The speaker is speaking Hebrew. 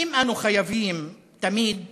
האם אנו חייבים תמיד